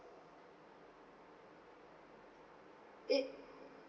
eight